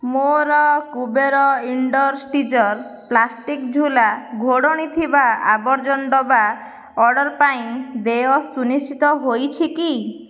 ମୋର କୁବେର ଇଣ୍ଡଷ୍ଟ୍ରିଜ୍ର ପ୍ଲାଷ୍ଟିକ୍ ଝୁଲା ଘୋଡ଼ଣୀ ଥିବା ଆବର୍ଜନା ଡବା ଅର୍ଡ଼ର୍ ପାଇଁ ଦେୟ ସୁନିଶ୍ଚିତ ହୋଇଯାଇଛି କି